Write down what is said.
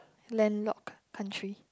land locked country